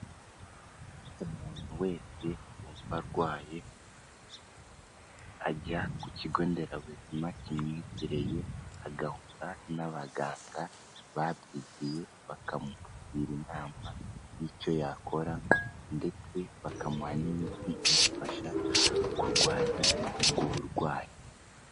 Umuntu wese wumva arwaye, ajya ku kigo nderabuzima kimwegereye agahura n'abaganga babyigiye, bakamugira inama y'icyo yakora ndetse bakamuha n'imiti imufasha kurwanya ubwo burwayi.